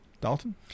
Dalton